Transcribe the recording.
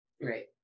Right